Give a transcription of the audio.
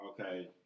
Okay